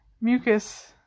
Mucus